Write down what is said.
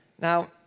Now